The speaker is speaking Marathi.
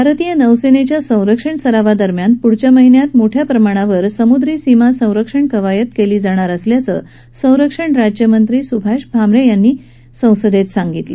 भारतीय नौसेनेच्या संरक्षण सरावा दरम्यान पुढच्या महिन्यात मोठ्या प्रमाणावर समुद्री सीमा संरक्षण कवायत केली जाणार असल्याचं संरक्षण राज्यमंत्री सुभाष भामरे यांनी सांगितलं